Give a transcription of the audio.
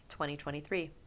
2023